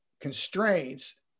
constraints